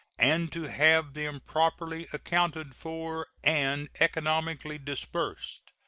and to have them properly accounted for and economically disbursed.